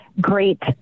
great